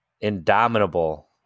indomitable